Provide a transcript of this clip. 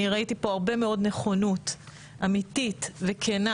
אני ראיתי פה הרבה נכונות אמיתית וכנה